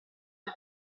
più